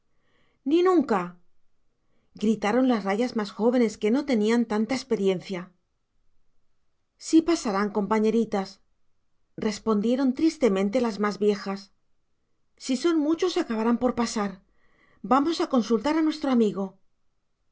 ni nunca gritaron las rayas más jóvenes y que no tenían tanta experiencia sí pasarán compañeritas respondieron tristemente las más viejas si son muchos acabarán por pasar vamos a consultar a nuestro amigo